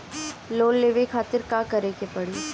Loan लेवे खातिर का करे के पड़ी?